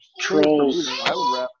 trolls